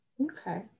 Okay